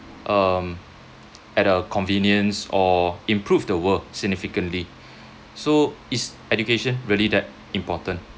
um at a convenience or improved the world significantly so is education really that important